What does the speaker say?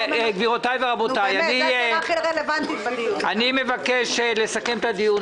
גבירותיי ורבותיי, אני מבקש לסכם את הדיון.